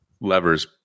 levers